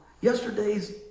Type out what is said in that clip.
yesterday's